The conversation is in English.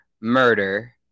murder